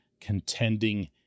contending